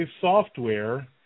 software